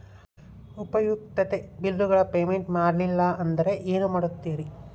ಉಪಯುಕ್ತತೆ ಬಿಲ್ಲುಗಳ ಪೇಮೆಂಟ್ ಮಾಡಲಿಲ್ಲ ಅಂದರೆ ಏನು ಮಾಡುತ್ತೇರಿ?